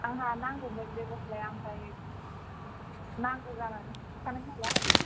आंहा नांगौमोन लै गस्लाया ओमफ्राय नांगौ जानानैसो सुखानाय नालाय